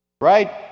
right